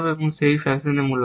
এবং সেই ফ্যাশনে মূলত